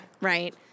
right